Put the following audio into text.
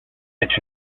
est